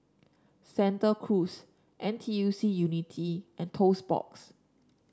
Santa Cruz N T U C Unity and Toast Box